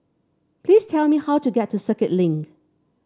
please tell me how to get to Circuit Link